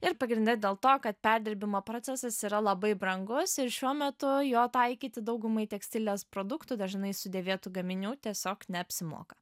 ir pagrinde dėl to kad perdirbimo procesas yra labai brangus ir šiuo metu jo taikyti daugumai tekstilės produktų dažnai sudėvėtų gaminių tiesiog neapsimoka